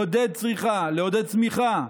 לעודד צריכה, לעודד צמיחה.